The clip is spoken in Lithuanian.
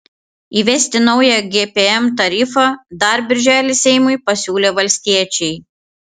įvesti naują gpm tarifą dar birželį seimui pasiūlė valstiečiai